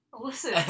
Listen